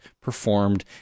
performed